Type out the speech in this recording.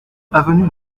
avenue